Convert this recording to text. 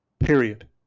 Period